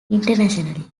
internationally